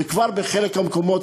וכבר בחלק מהמקומות,